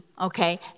okay